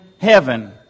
Heaven